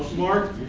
mark?